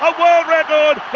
um ah record